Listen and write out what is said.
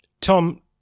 Tom